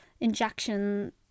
injection